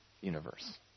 universe